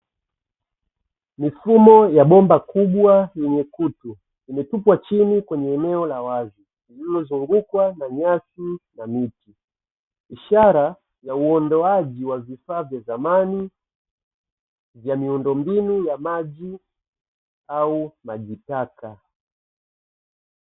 Mifumo ya bomba kubwa yenye kutu, imetupwa chini kwenye eneo la wazi zilizozungukwa na nyasi na miti, ishara ya uondoaji wa vifaa vya zamani vya miundombinu ya maji au maji taka.